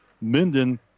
Minden